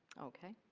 okay.